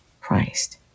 Christ